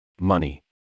Money